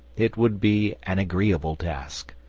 it would be an agreeable task.